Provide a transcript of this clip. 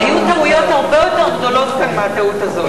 היו טעויות הרבה יותר גדולות כאן מהטעות הזאת,